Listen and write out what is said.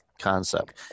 concept